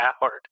Howard